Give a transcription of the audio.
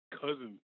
cousin